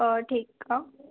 अ ठीकु आहे